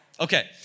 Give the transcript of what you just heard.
Okay